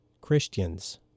Christians